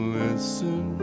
listen